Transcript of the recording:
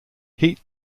heat